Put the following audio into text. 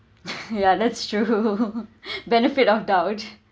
ya that's true benefit of doubt